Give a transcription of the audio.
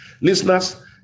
Listeners